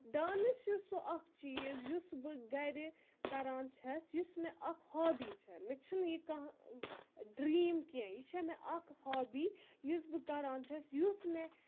dance چھُ سُہ اَکھ چیٖز یُس بہٕ گَرِ کَران چھَس یُس مےٚ اَکھ ہابی چھےٚ مےٚ چھُ نہٕ یہِ کانٛہہ ڈرٛیٖم کینٛہہ یہِ چھےٚ مےٚ اَکھ ہابی یُس بہٕ کَران چھَس یُس مےٚ